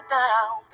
down